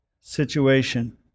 situation